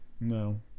no